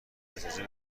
اجازه